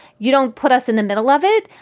you don't put us in the middle of it.